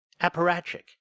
apparatchik